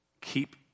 Keep